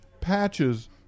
patches